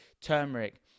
turmeric